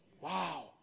Wow